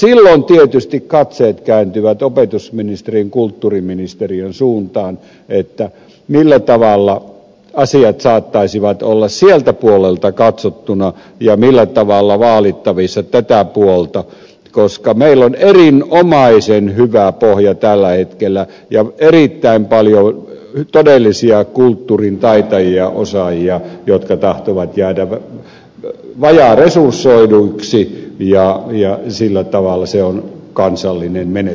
silloin tietysti katseet kääntyvät opetus ja kulttuuriministeriön suuntaan että millä tavalla asiat saattaisivat olla sieltä puolelta katsottuna ja millä tavalla vaalittavissa tämä puoli koska meillä on erinomaisen hyvä pohja tällä hetkellä ja erittäin paljon todellisia kulttuurin taitajia osaajia jotka tahtovat jäädä vajaaresursoiduiksi ja sillä tavalla se on kansallinen menetys suorastaan